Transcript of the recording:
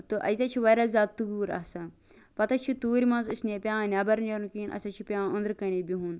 تہٕ اَتہٕ حظ چھِ واریاہ زیادٕ تۭر آسان پتہٕ حظ چھ تۭرٕ مَنٛز پیٚوان اسہِ نیٚبر نیرُن اسہ حظ چھ پیٚوان أندرٕ کنے بِہُن